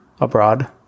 abroad